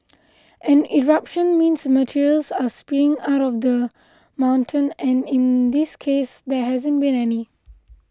an eruption means materials are spewing out of the mountain and in this case there hasn't been any